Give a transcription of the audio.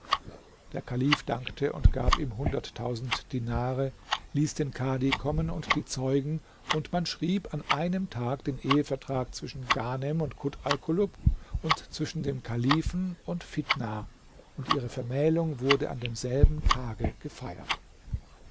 der kalif dankte und gab ihm hunderttausend dinare ließ den kadi kommen und die zeugen und man schrieb an einem tag den ehevertrag zwischen ghanem und kut alkulub und zwischen dem kalifen und fitnah und ihre vermählung wurde an demselben tage gefeiert